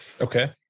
Okay